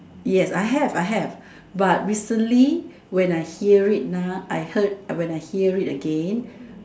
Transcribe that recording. yes I have I have but recently when I hear it nah I heard when I hear it again